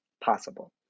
possible